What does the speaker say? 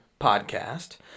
podcast